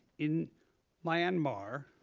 in myanmar,